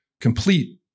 complete